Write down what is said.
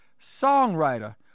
songwriter